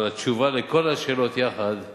אבל התשובה על כל השאלות יחד היא: